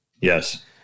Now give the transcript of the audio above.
Yes